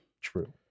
true